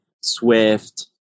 Swift